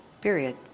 period